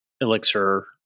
Elixir